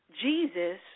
Jesus